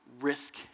risk